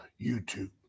YouTube